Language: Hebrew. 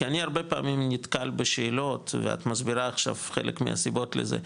כי אני הרבה פעמים נתקל בשאלות ואת מסבירה עכשיו חלק מהסיבות לזה.